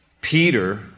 Peter